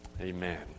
Amen